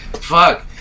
fuck